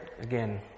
Again